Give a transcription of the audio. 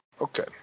Okay